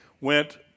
went